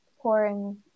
pouring